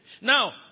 Now